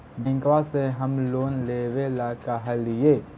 बैंकवा से हम लोन लेवेल कहलिऐ?